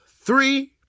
three